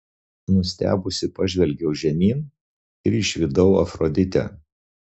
nustebusi pažvelgiau žemyn ir išvydau afroditę